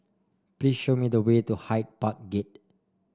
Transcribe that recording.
please show me the way to Hyde Park Gate